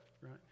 right